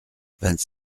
vingt